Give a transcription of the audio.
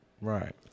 Right